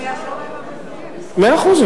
מאה אחוז.